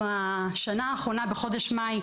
השנה האחרונה בחודש מאי,